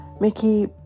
Mickey